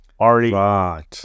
already